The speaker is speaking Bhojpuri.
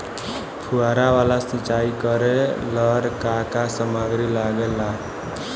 फ़ुहारा वाला सिचाई करे लर का का समाग्री लागे ला?